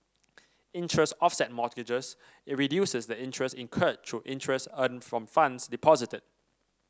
interest offset mortgages reduces the interest incurred through interest earned from funds deposited